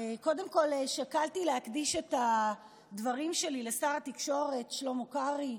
קודם כול שקלתי להקדיש את הדברים שלי לשר התקשורת שלמה קרעי,